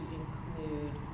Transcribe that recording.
include